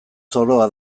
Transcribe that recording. zoroa